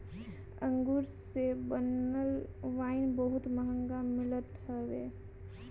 अंगूर से बनल वाइन बहुते महंग मिलत हवे